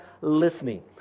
listening